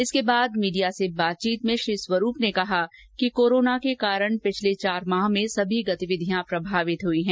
इसके बाद भीडिया से बातचीत में श्री स्वरूप ने कहा कि कोरोना के कारण पिछले चार माह में सभी गतिविधियां प्रभावित हुई हैं